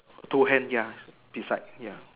two hand ya beside ya